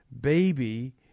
baby